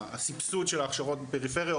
הסבסוד של ההכשרות בפריפריה,